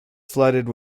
flooded